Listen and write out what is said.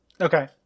Okay